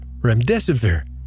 remdesivir